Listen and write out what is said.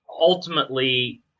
ultimately